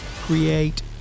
create